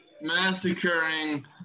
massacring